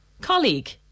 Colleague